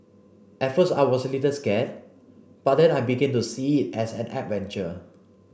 at first I was a little scared but then I began to see it as an adventure